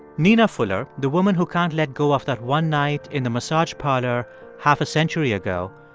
nina fuller, the woman who can't let go of that one night in the massage parlor half a century ago,